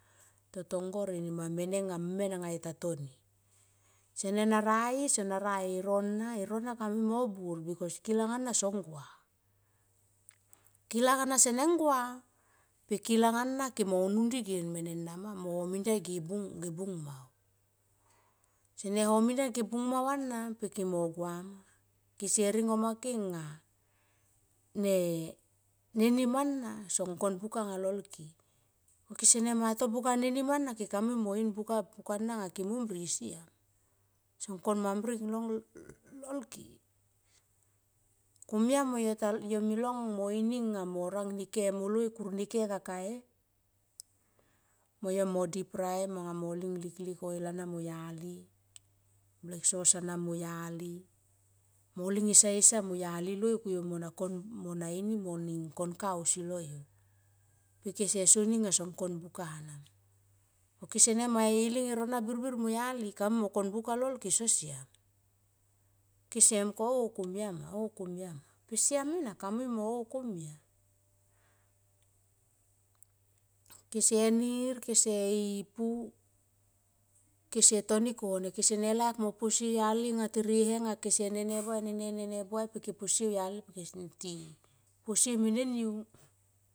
Totong gor enima mene nga men ta toni sene na rai sona ra erona e rona kamui mo buor bikos kilang ana song gua, kilang ana seneng gua pe kilang ana ke mo unun ndi ge mene nama mo homin giai ge bung mau. Kese ringo ma ke nga ne nim ana son kon buka anga lol ke ko kese ma to buka nenim ana keka mui no in buka pukana anga ke mom ne siam son kon mam ring lol ke. Komia mo yo ta yo me long mo ini nga mo rang ne ke moloi kur neke nga kaka e mo yo mo dip prim mo ling liklik oil ana mo yali blek sos ana mo yali mo ling esa esa mo yali loi ku yo mo na ini mo ne kon ta au si lo yo pe ke se soni nga kon buka nama. Ko kese ne ma i ling e nona birbir mo yali ka mui mo ko buka lol ke so siam kese mung ko ne on. Kom ya ma on kom ya pe siam ena kamui mo komia. Kese nir kese i pu kese toni kone, kese ne laik mo posie au yali anga tere he anga kese ne ne ne buai pe ke posie au yali pe ke ti posie mene niu